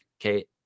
okay